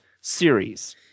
series